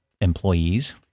employees